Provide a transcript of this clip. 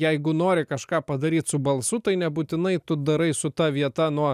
jeigu nori kažką padaryt su balsu tai nebūtinai tu darai su ta vieta nuo